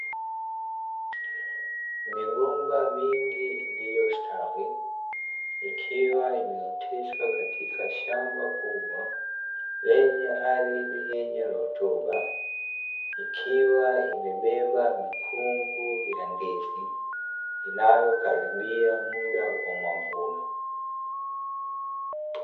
Migomba mingi iliyostawi ikiwa imeoteshwa katika shamba kubwa lenye ardhi yenye rutuba ikiwa imebeba mikungu ya ndizi inayokaribia muda wa mavuno.